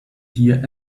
here